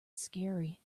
scary